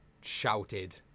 shouted